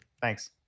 Thanks